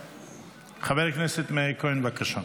חבר הכנסת מאיר כהן, בבקשה,